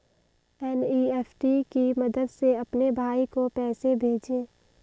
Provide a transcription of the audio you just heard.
NEFT की मदद से अपने भाई को पैसे भेजें